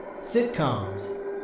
sitcoms